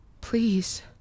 Please